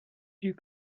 you